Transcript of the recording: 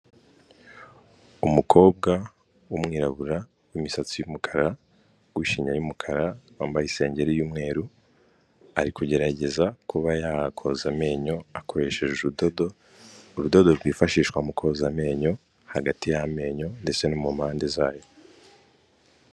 Umukobwa w'umwirabura w'imisatsi y'umukara, w'ishinya y'umukara wambaye isengeri y'umweru, ari kugerageza kuba yakoza amenyo akoresheje urudodo, urudodo rwifashishwa mu koza amenyo hagati y'amenyo ndetse no mu mpande zayo.